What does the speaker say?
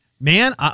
Man